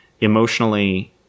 emotionally